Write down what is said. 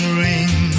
ring